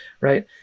right